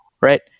right